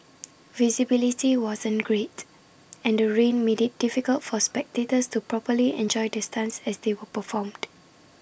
visibility wasn't great and the rain made IT difficult for spectators to properly enjoy the stunts as they were performed